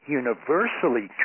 universally